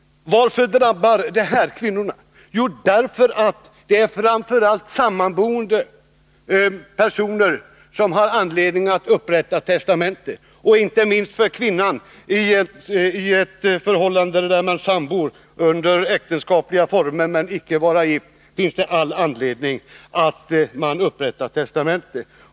Varför drabbar då detta kvinnorna? Jo, det är framför allt sammanboende som har anledning att upprätta testamenten. Inte minst kvinnan i ett förhållande där parterna sammanbor under äktenskapsliknande former utan att vara gifta har intresse av att testamente upprättas.